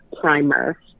primer